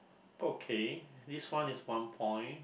okay this one is one point